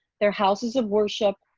their houses of worship,